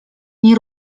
nie